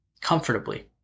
comfortably